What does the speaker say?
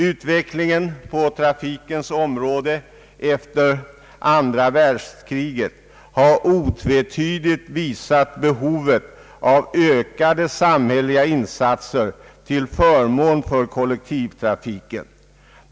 Utvecklingen på trafikens område efter andra världskriget har otvetydigt visat behovet av ökade samhälleliga insatser till förmån för kollektivtrafiken.